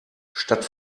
statt